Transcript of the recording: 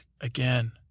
Again